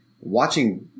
watching